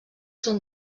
són